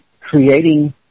creating